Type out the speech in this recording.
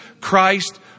Christ